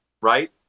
right